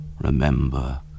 Remember